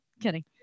kidding